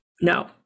No